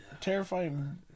Terrifying